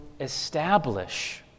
establish